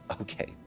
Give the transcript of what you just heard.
okay